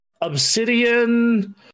Obsidian